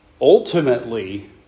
ultimately